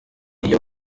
iyo